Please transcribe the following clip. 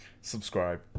Subscribe